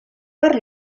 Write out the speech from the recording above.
per